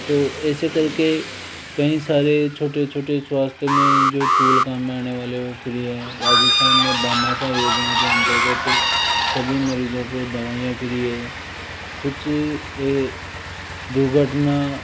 तो ऐसे करके कई सारे छोटे छोटे स्वास्थ्य में जो टूल काम में आने वाले वह फ्री हैं राजस्थान में भामाशाह योजना के अंतर्गत सभी मरीज़ों को दवाइयाँ फ्री हैं कुछ ये दुर्घटना